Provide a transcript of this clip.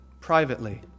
privately